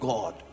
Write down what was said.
God